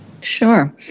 Sure